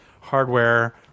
hardware